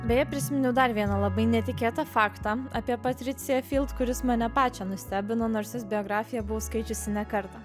beje prisiminiau dar vieną labai netikėtą faktą apie patriciją kuris mane pačią nustebino nors biografiją buvau skaičiusi ne kartą